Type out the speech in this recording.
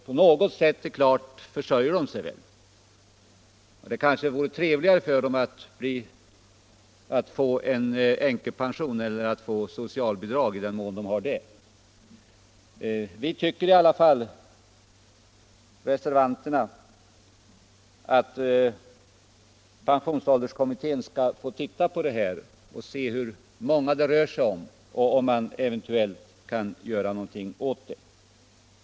På något sätt försörjer de sig väl. Det kanske vore trevligare för Nr 43 dem att få en änkepension än att få socialbidrag, i den mån de har det. Torsdagen den Vi reservanter tycker i alla fall att pensionsålderskommittén bör få 20 mars 1975 undersöka detta och se hur många det rör sig om —- och om man eventuellt kan göra någonting åt det.